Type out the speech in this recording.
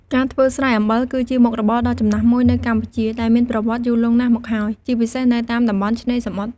ការធ្វើស្រែអំបិល គឺជាមុខរបរដ៏ចំណាស់មួយនៅកម្ពុជា ដែលមានប្រវត្តិយូរលង់ណាស់មកហើយ ជាពិសេសនៅតាមតំបន់ឆ្នេរសមុទ្រ។